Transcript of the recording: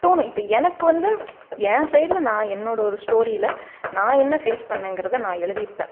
தோணும் இப்போ எனக்கு வந்து என் சைட்டில் நான் என்னோட ஒரு ஸ்டோரியில நான் என்ன ஃபேஸ் பண்ணேங்கறதை நான் எழுதி இருப்பேன்